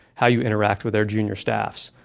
how you interact with our junior staffs.